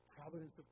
providence